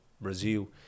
Brazil